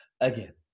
again